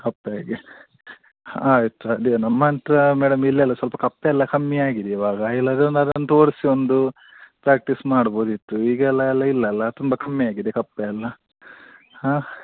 ಕಪ್ಪೆ ಹಾಗೆ ಆಯಿತು ಅದೇ ನಮ್ಮಂತ ಮೇಡಮ್ ಇಲ್ಲೆಲ್ಲ ಸ್ವಲ್ಪ ಕಪ್ಪೆಯೆಲ್ಲ ಕಮ್ಮಿ ಆಗಿದೆ ಇವಾಗ ಇಲ್ಲಾಂದ್ರೆ ಅದನ್ನು ತೋರಿಸಿ ಒಂದು ಪ್ರ್ಯಾಕ್ಟೀಸ್ ಮಾಡ್ಬೋದಿತ್ತು ಈಗ ಎಲ್ಲ ಅಲ್ಲ ಇಲ್ವಲ್ಲ ತುಂಬ ಕಮ್ಮಿ ಆಗಿದೆ ಕಪ್ಪೆಯೆಲ್ಲ ಹಾಂ